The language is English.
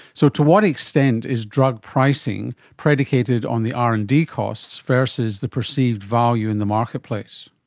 so to what extent is drug pricing predicated on the r and d costs versus the perceived value in the market place?